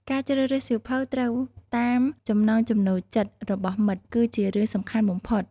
ការជ្រើសរើសសៀវភៅត្រូវតាមចំណង់ចំណូលចិត្តរបស់មិត្ត គឺជារឿងសំខាន់បំផុត។